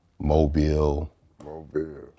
Mobile